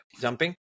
Jumping